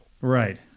Right